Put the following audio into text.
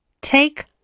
take